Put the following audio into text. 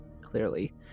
Clearly